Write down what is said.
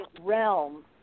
realm